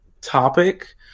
topic